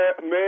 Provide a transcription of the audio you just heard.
man